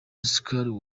oscar